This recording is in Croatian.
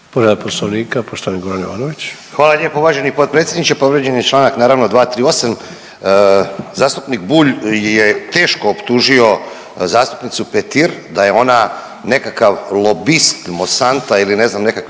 Goran Ivanović. **Ivanović, Goran (HDZ)** Hvala lijepo uvaženi potpredsjedniče. Povrijeđen je članak naravno 238. zastupnik Bulj je teško optužio zastupnicu Petir da je ona nekakav lobist Monsanta ili ne znam nekakvih